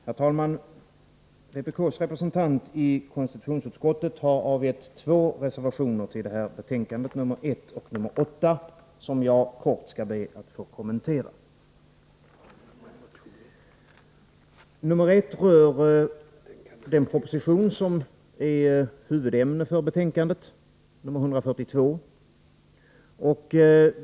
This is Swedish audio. Herr talman! Vpk:s representant i konstitutionsutskottet har avgivit två reservationer till det här betänkandet — nr 1 och nr 8 - som jag skall be att få kommentera. Reservation nr 1 rör den proposition som är huvudämne för betänkandet, nr 142.